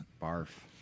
Barf